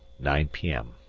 nine p m.